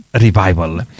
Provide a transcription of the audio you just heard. Revival